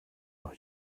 noch